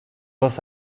los